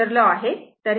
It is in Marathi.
मी विसरलो आहे